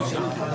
טוב,